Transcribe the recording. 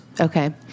Okay